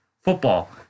football